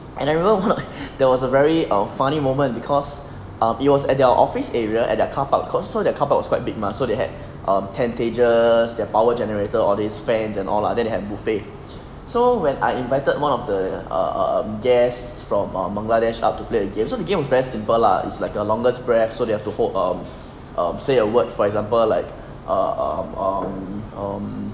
and I remember one there was a very err funny moment because he was um it was at their office area at their carpark called so the carpark was quite big mah so they had um tentages their power generator all these fans and all lah then they have buffet so when I invited one of the err um guest from Bangladesh up to play a game so the game was very simple lah is like the longest breath so they have to hold um um say a word for example like um um um